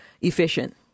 efficient